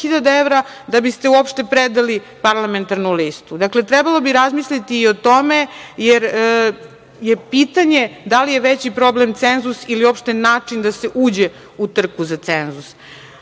da biste uopšte predali parlamentarnu listu. Dakle, trebalo bi razmisliti i o tome, jer je pitanje da li je veći problem cenzus ili uopšte način da se uđe u trku za cenzus. Što